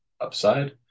upside